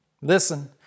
Listen